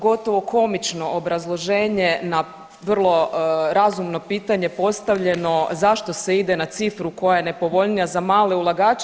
Gotovo komično obrazloženje na vrlo razumno pitanje postavljeno zašto se ide na cifru koja je nepovoljnija za male ulagače.